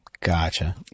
gotcha